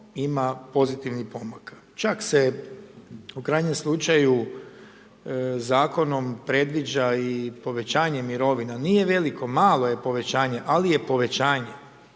ima pozitivni pomak. Čak se u krajnjem slučaju zakonom predviđa i povećanje mirovina, nije veliko, malo je povećanje ali je povećanje.